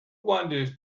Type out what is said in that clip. wanders